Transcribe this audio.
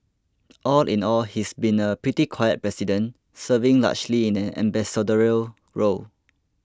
all in all he's been a pretty quiet president serving largely in an ambassadorial role